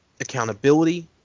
accountability